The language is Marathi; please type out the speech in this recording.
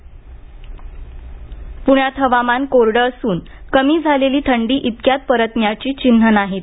हवामान प्ण्यात हवामान कोरडं असून कमी झालेली थंडी इतक्यात परतण्याची चिन्हं नाहीत